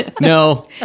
No